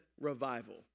revival